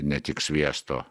ne tik sviesto